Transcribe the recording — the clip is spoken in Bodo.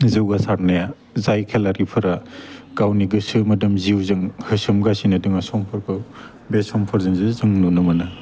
जौगासारनाया जाय खेलारिफोरा गावनि गोसो मोदोम जिउजों होसोमगासिनो दङ समफोरखौ बे समफोरजोंसो जों नुनो मोनो